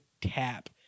tap